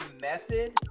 method